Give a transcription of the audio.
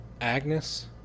Agnes